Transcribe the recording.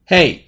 Hey